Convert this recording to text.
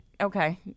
okay